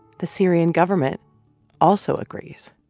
the syrian government also agrees,